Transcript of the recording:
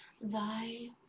Thy